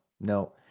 no